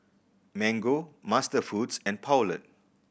Mango MasterFoods and Poulet